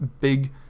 big